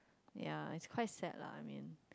ya it's quite sad lah I mean